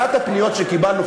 אחת הפניות שקיבלנו,